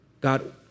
God